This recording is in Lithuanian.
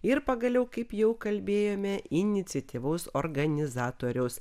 ir pagaliau kaip jau kalbėjome iniciatyvaus organizatoriaus